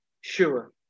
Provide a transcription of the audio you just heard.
sure